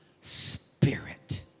spirit